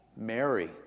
Mary